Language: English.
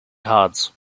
cards